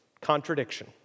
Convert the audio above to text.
contradiction